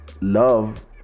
love